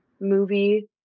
movie